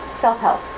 Self-help